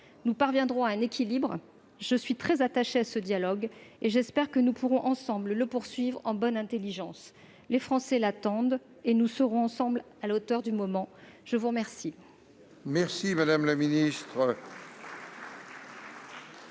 nous parviendrons à un équilibre. Je suis très attachée à ce dialogue et j'espère que nous pourrons le poursuivre en bonne intelligence. Les Français l'attendent. Nous serons, ensemble, à la hauteur du moment ! Mes chers